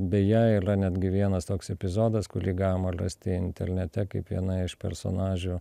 beje yra netgi vienas toks epizodas kulį galima rasti intelnete kaip viena iš personažių